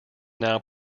now